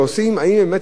מכמה היבטים,